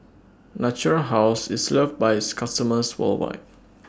Natura House IS loved By its customers worldwide